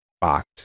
box